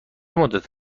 مدت